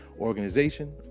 Organization